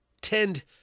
Tend